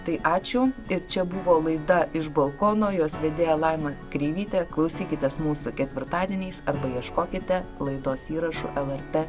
tai ačiū ir čia buvo laida iš balkono jos vedėja laima kreivytė klausykitės mūsų ketvirtadieniais arba ieškokite laidos įrašų lrt